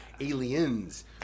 aliens